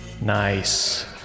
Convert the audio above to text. nice